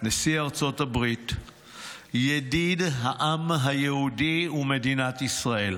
נשיא ארצות הברית, ידיד העם היהודי ומדינת ישראל.